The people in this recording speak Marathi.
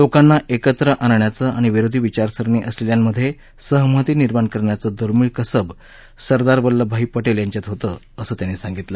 लोकांना एकत्र आणण्याचं आणि विरोधी विचारसरणी असलेल्यांमध्येही सहमती निर्माण करण्याचं दुर्मीळ कसब सरदार वल्लभभाई पटेल यांच्यात होतं असं ते म्हणाले